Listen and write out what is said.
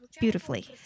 beautifully